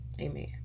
Amen